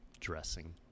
dressing